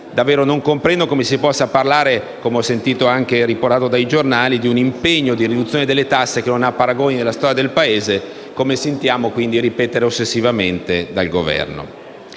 Quindi non comprendo come si possa parlare - come peraltro riportato dai giornali - di «un impegno di riduzione delle tasse che non ha paragoni nella storia del Paese», come sentiamo ripetere quasi ossessivamente dal Governo.